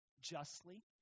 justly